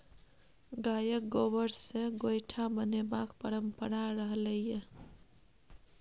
गायक गोबर सँ गोयठा बनेबाक परंपरा रहलै यै